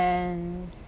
and